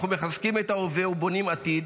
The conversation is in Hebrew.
אנחנו מחזקים את ההווה ובונים עתיד